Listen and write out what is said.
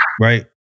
right